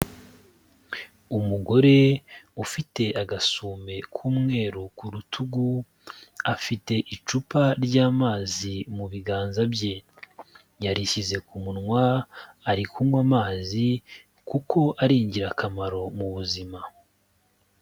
Umugore ufite agasume k'umweru ku rutugu, afite icupa ry'amazi mu biganza bye, yarishyize ku munwa ari kunywa amazi kuko ari ingirakamaro mu buzima.